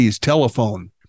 telephone